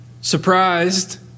surprised